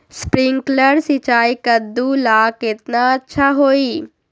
Sprinkler सिंचाई कददु ला केतना अच्छा होई?